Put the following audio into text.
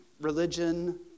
religion